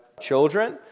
children